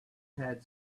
had